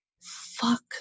Fuck